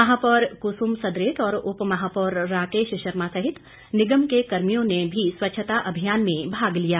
महापौर कुसुम सदरेट और उपमहापौर राकेश शर्मा सहित निगम के कर्मियों ने भी स्वच्छता अभियान में भाग लिया